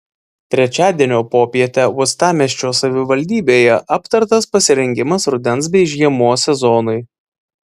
trečiadienio popietę uostamiesčio savivaldybėje aptartas pasirengimas rudens bei žiemos sezonui